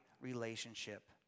relationship